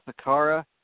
Sakara